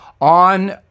on